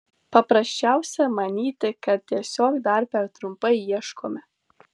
paprasčiausia manyti kad tiesiog dar per trumpai ieškome